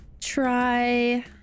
try